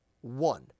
One